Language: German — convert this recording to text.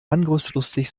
angriffslustig